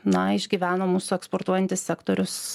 na išgyveno mūsų eksportuojantis sektorius